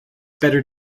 better